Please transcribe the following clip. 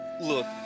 Look